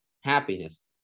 happiness